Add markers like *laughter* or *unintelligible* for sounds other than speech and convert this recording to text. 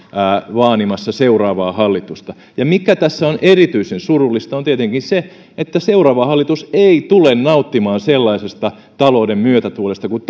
vaanimassa seuraavaa hallitusta ja se mikä tässä on erityisen surullista on tietenkin se että seuraava hallitus ei tule nauttimaan sellaisesta talouden myötätuulesta kuin *unintelligible*